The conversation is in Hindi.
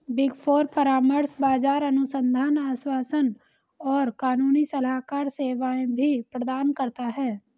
बिग फोर परामर्श, बाजार अनुसंधान, आश्वासन और कानूनी सलाहकार सेवाएं भी प्रदान करता है